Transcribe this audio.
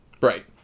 Right